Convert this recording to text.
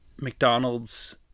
McDonald's